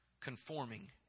Conforming